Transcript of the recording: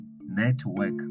Network